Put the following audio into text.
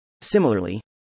Similarly